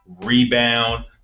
rebound